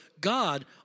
God